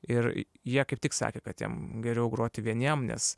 ir jie kaip tik sakė kad jiem geriau groti vieniem nes